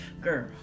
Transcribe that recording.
Girl